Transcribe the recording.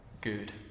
good